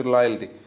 loyalty